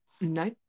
No